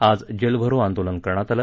आज जेलभरो आंदोलन करण्यात आलं